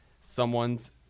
someone's